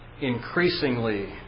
increasingly